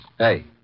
Hey